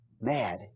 Mad